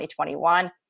2021